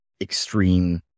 extreme